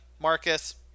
Marcus